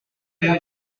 you